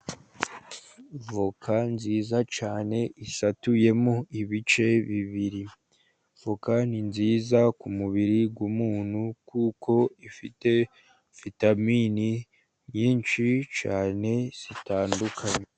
Voka nziza cyane, isatuyemo ibice bibiri. Voka ni nziza ku mubiri w'umuntu, kuko ifite vitamini nyinshi cyane zitandukanye.